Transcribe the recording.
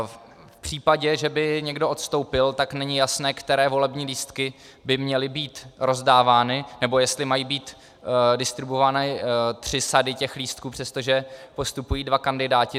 V případě, že by někdo odstoupil, tak není jasné, které volební lístky by měly být rozdávány nebo jestli mají být distribuované tři sady těch lístků, přestože postupují dva kandidáti.